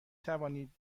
توانید